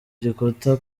gikuta